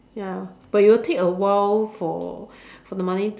ya but it will take a while for for the money to